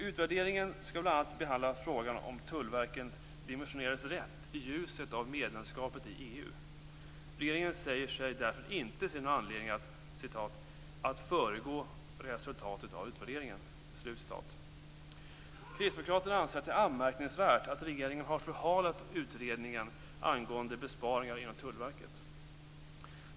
Utvärderingen skall bl.a. behandla frågan om Tullverket dimensionerades rätt i ljuset av medlemskapet i EU. Regeringen säger sig därför inte se någon anledning "att föregå resultatet av utvärderingen". Kristdemokraterna anser att det är anmärkningsvärt att regeringen har förhalat utredningen angående besparingarna inom Tullverket.